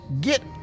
get